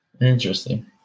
Interesting